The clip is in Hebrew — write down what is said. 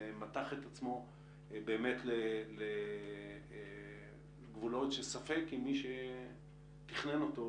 מתח את עצמו באמת לגבולות שספק אם מי שתכנן אותו,